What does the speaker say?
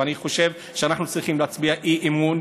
ואני חושב שאנחנו צריכים להצביע אי-אמון,